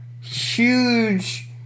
huge